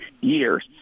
years